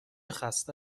خسته